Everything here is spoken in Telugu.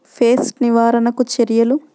పెస్ట్ నివారణకు చర్యలు?